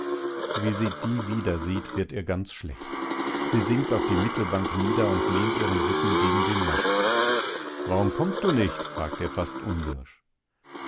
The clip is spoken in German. wie sie die wiedersieht wird ihr ganz schlecht sie sinkt auf die mittelbank nieder und lehnt ihren rücken gegen den mast warum kommst du nicht fragt er fast